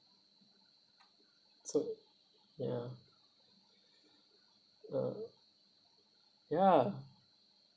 it's like ya ya ya